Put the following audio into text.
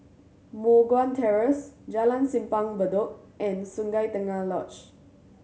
Moh Guan Terrace Jalan Simpang Bedok and Sungei Tengah Lodge